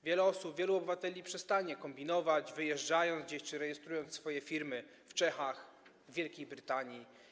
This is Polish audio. Wiele osób, wielu obywateli przestanie kombinować, wyjeżdżając gdzieś czy rejestrując swoje firmy w Czechach, w Wielkiej Brytanii.